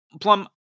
plum